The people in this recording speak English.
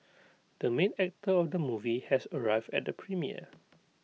the main actor of the movie has arrived at the premiere